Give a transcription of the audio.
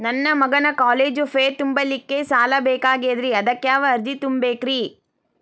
ನನ್ನ ಮಗನ college fee ತುಂಬಲಿಕ್ಕೆ ಸಾಲ ಬೇಕಾಗೆದ್ರಿ ಅದಕ್ಯಾವ ಅರ್ಜಿ ತುಂಬೇಕ್ರಿ?